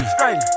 Straight